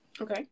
Okay